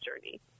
journey